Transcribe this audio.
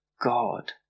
God